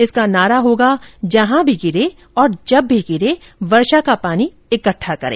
इसका नारा होगा जहां भी गिरे और जब भी गिरे वर्षा का पानी इकट्ठा करें